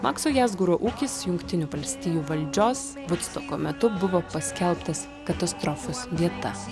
makso jasguro ūkis jungtinių valstijų valdžios vudstoko metu buvo paskelbtas katastrofos vieta